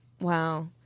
Wow